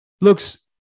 looks